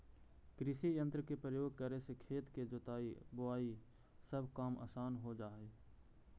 कृषियंत्र के प्रयोग करे से खेत के जोताई, बोआई सब काम असान हो जा हई